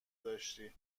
داشتی